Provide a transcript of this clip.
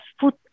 food